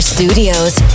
Studios